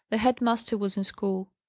the head-master was in school.